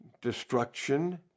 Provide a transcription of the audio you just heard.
destruction